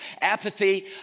apathy